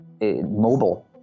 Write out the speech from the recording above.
mobile